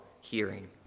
hearing